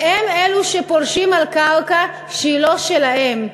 והם אלו שפולשים על קרקע שהיא לא שלהם,